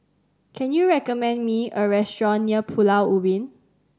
can you recommend me a restaurant near Pulau Ubin